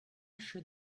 should